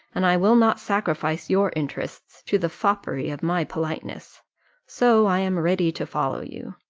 and i will not sacrifice your interests to the foppery of my politeness so i am ready to follow you.